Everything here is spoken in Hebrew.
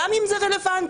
גם אם זה רלוונטי,